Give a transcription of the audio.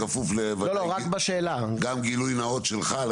בכפוף גם גילוי נאות שלך.